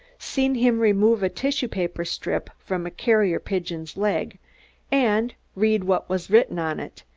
seen him remove a tissue-paper strip from a carrier pigeon's leg and read what was written on it,